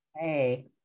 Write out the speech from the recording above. Hey